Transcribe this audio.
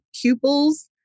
pupils